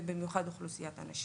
ובמיוחד אוכלוסיית הנשים.